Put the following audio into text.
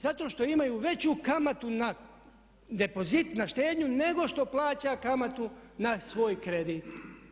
Zato što imaju veću kamatu na depozit na štednju nego što plaća kamatu na svoj kredit.